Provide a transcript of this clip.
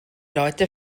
leute